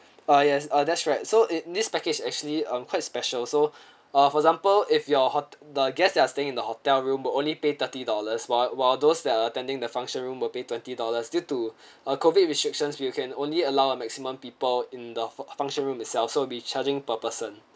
ah yes ah that's right so in this package actually um quite special also uh for example if your hot~ the guest they are staying in the hotel room will only pay thirty dollars while while those that are attending the function room will pay twenty dollars due to uh COVID restrictions we can only allow a maximum people in the function room itself so it'll be charging per person